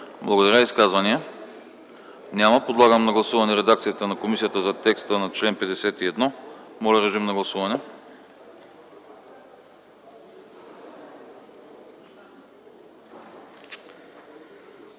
Благодаря. Изказвания? Няма. Подлагам на гласуване редакцията на комисията за текста на чл. 51. Гласували